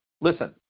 listen